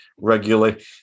regularly